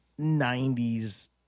90s